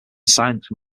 science